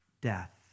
death